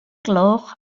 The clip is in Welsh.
gloch